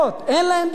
אין להם דירות,